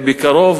בקרוב,